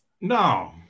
No